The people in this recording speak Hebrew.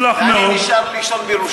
אתה יודע מה?